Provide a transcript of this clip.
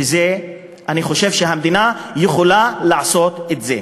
ואני חושב שהמדינה יכולה לעשות את זה.